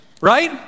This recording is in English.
Right